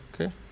Okay